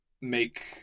make